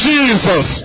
Jesus